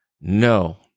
no